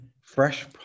fresh